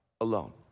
alone